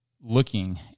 looking